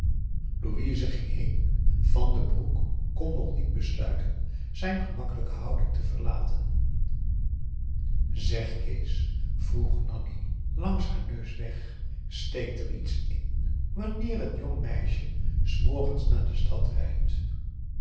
louise ging heen van den broek kon nog niet besluiten zijn gemakkelijke houding te verlaten zeg kees vroeg nanni langs haar neus weg steekt er iets in wanneer n jongmeisje s morgens naar de stad rijdt